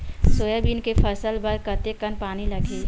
Soybean के फसल बर कतेक कन पानी लगही?